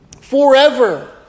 forever